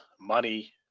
money